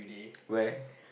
where